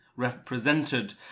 represented